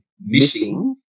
missing